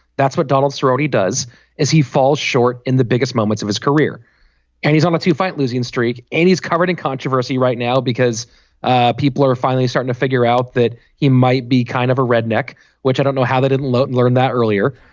that's what donald's roadie does is he falls short in the biggest moments of his career and he's on a two five losing streak and he's covered in controversy right now because people are finally starting to figure out that he might be kind of a redneck which i don't know how they didn't learn and learn that earlier.